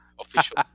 official